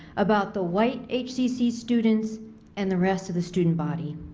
about the white hcc students and the rest of the student body.